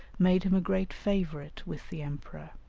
made him a great favourite with the emperor.